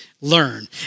learn